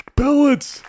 pellets